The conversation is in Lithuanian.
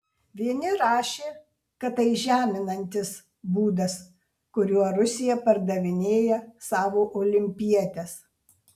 vieni rašė kad tai žeminantis būdas kuriuo rusija pardavinėja savo olimpietes